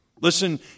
Listen